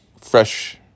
fresh